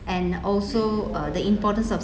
and also uh the importance of